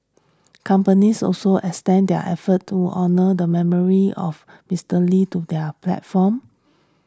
companies also extended their efforts to honour the memory of Mister Lee to their platforms